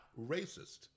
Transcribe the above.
racist